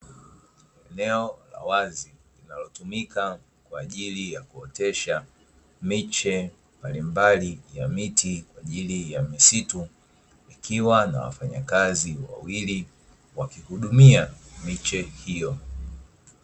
Eneo la wazi linalotumika kwa ajili ya kuotesha miche mbalimbali ya miti kwa ajili ya misitu, likiwa na wafanyakazi wawili wakihudumia miche hiyo.